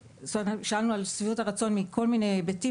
שאלנו על שביעות הרצון מכל מיני היבטים,